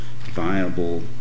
viable